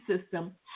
system